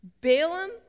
Balaam